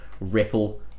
ripple